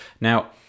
Now